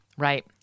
Right